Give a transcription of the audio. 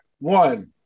One